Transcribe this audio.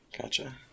Gotcha